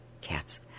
cats